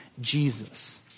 Jesus